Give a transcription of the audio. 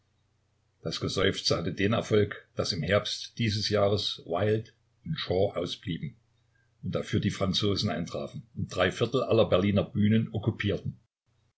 das geseufze hatte den erfolg daß im herbst dieses jahres wilde und shaw ausblieben und dafür die franzosen eintrafen und dreiviertel aller berliner bühnen